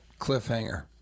cliffhanger